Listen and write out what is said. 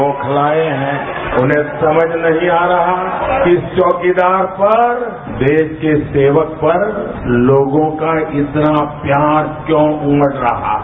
बौखलाये हैं उन्हें समझ नहीं आ रहा है कि इस चौकीदार पर देश के सेवक पर लोगों का इतना प्यार क्यों उमड़ रहा है